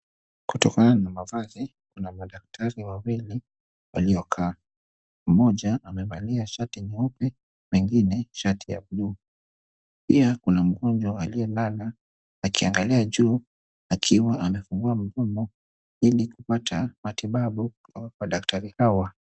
Kutokana na mavazi kuna madaktari wawili waliokaa, mmoja amevalia shati nyeupe na ingine shati ya bluu, pia kuna mgonjwa aliyelala akiangalia juu akiwa amefungua mdomo ili kupata matibabu kutoka kwa daktari hawa.